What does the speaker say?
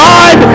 God